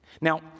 Now